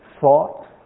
thought